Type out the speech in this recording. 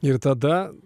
ir tada